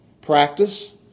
Practice